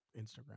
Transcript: Instagram